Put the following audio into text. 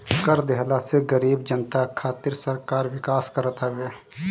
कर देहला से गरीब जनता खातिर सरकार विकास करत हवे